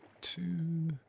two